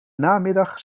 namiddag